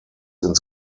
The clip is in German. ins